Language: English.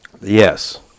Yes